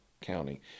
county